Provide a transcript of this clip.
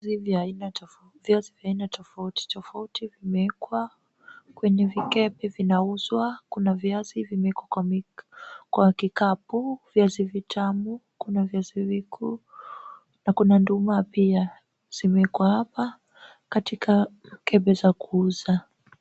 Viazi vya aina tofauti tofauti vimewekwa kwenye vikebe vinauzwa. Kuna viazi vimewekwa kwa vikapi, viazi vitamu, kuna viazi vikuu na kuna nduma pia, zimeekwa apa katika mikebe ya kuuza.